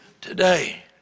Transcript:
today